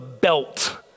belt